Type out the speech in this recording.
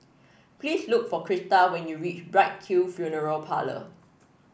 please look for Crista when you reach Bright Hill Funeral Parlour